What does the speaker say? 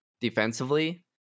defensively